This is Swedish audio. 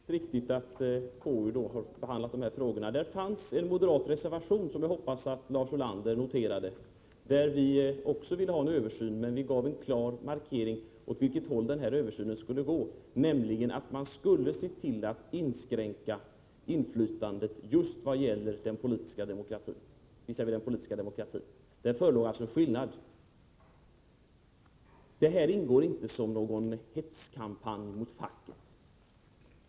Herr talman! Det är helt riktigt att konstitutionsutskottet har behandlat dessa frågor. Det fanns i det sammanhanget en moderat reservation, som jag hoppas att Lars Ulander har noterat. Vi begärde i den reservationen en översyn, och vi gjorde en klar markering av åt vilket håll den skulle gå. Vi hävdade att man skulle se till att inskränka inflytandet just visavi den politiska demokratin. Där förelåg alltså en skillnad. Våra uttalanden på denna punkt ingår inte i någon hetskampanj mot facket.